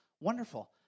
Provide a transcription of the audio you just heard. wonderful